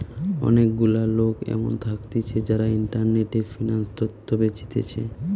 অনেক গুলা লোক এমন থাকতিছে যারা ইন্টারনেটে ফিন্যান্স তথ্য বেচতিছে